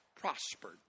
prospered